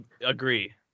agree